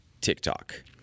TikTok